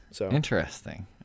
Interesting